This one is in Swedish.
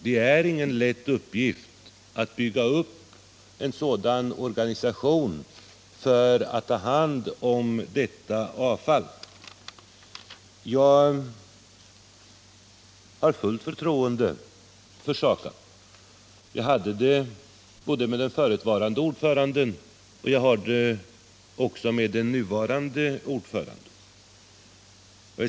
Det är ingen lätt uppgift att bygga upp en sådan organisation för att ta hand om detta avfall. Jag har fullt förtroende för SAKAB -— jag hade det för den förutvarande ordföranden och jag har det också för den nuvarande ordföranden.